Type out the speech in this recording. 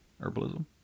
herbalism